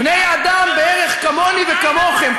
בצלאל, בני-אדם בערך כמוני וכמוכם.